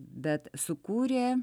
bet sukūrė